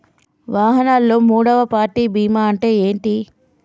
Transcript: వాహనాల్లో మూడవ పార్టీ బీమా అంటే ఏంటి?